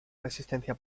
resistencia